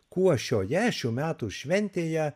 kuo šioje šių metų šventėje